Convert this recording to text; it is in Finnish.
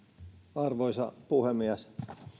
arvoisa puhemies